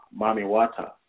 Mamiwata